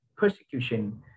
persecution